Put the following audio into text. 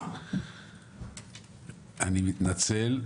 אני מתנצל,